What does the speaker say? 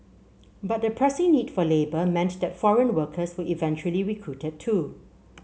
but the pressing need for labour meant that foreign workers were eventually recruited too